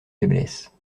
faiblesses